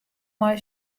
mei